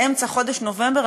באמצע חודש נובמבר,